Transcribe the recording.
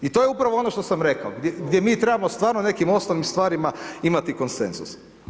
I to je upravo ono što sam rekao, gdje mi trebamo stvarno nekim osnovnim stvarima imati konsenzus.